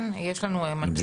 כן, יש לנו מנגנונים.